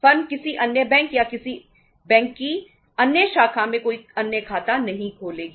firm किसी अन्य bank या उसी बैंक की किसी अन्य शाखा में कोई अन्य खाता नहीं रखेगी